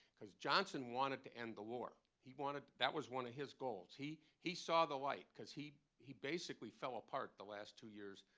because johnson wanted to end the war. he wanted that was one of his goals. he he saw the light, because he he basically fell apart the last two years